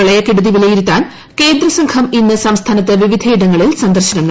പ്രളയക്കെടുതി വിലയിരുത്താൻ കേന്ദ്ര സംഘം ഇന്ന് സംസ്ഥാനത്ത് വിവിധയിടങ്ങളിൽ സന്ദർശനം നടത്തുന്നു